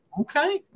okay